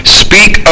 speak